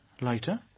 later